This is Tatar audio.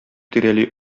тирәли